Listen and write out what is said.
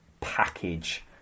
package